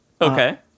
Okay